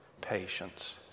Patience